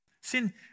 Sin